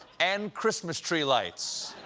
and christmas tree lights.